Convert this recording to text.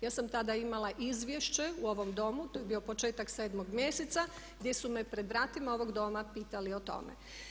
Ja sam tada imala izvješće u ovom domu, to je bio početak 7. mjeseca gdje su me pred vratima ovog Doma pitali o tome.